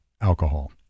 alcohol